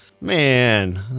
man